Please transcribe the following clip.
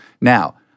Now